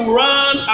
run